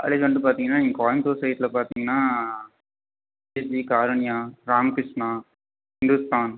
college வந்து பார்த்தீங்கன்னா இங்கே கோயம்புத்தூர் சைடில் பார்த்தீங்கன்னா பிஎஸ்ஜி காருண்யா ராமகிருஷ்ணா இந்துஸ்தான்